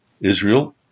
Israel